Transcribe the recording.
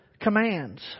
commands